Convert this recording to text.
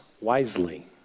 wisely